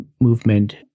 movement